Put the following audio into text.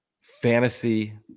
fantasy